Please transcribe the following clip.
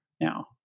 now